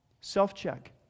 Self-check